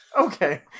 Okay